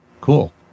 Cool